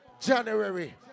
January